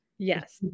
Yes